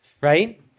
right